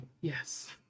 Yes